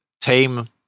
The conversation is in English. tame